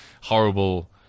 horrible